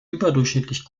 überdurchschnittlich